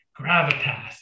gravitas